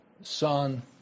Son